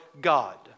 God